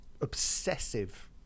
obsessive